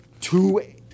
two